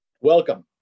welcome